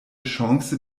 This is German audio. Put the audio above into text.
chance